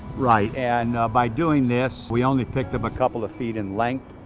right and by doing this we only picked up a couple of feet in length.